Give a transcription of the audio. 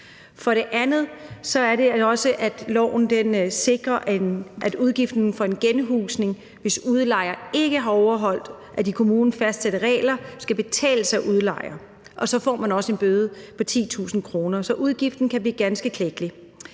kommuner. Derudover sikrer loven også, at udgiften for en genhusning, hvis udlejer ikke har overholdt de af kommunen fastsatte regler, skal betales af udlejer, og så får man også en bøde på 10.000 kr. Så udgiften kan blive ganske klækkelig.